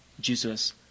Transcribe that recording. jesus